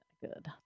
Good